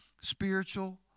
spiritual